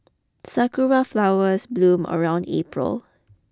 sakura flowers bloom around April